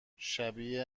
شبیه